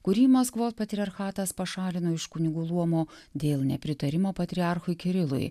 kurį maskvos patriarchatas pašalino iš kunigų luomo dėl nepritarimo patriarchui kirilui